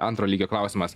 antro lygio klausimas